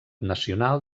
nacional